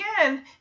again